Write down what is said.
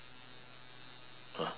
!huh!